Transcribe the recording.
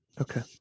Okay